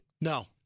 No